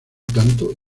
tanto